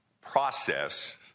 process